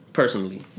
personally